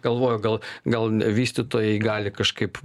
galvoju gal gal ne vystytojai gali kažkaip